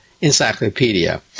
encyclopedia